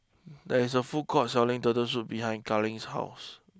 there is a food court selling Turtle Soup behind Kailyn's house